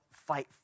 fight